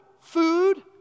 food